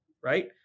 right